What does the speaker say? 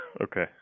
okay